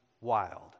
wild